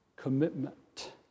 commitment